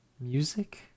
Music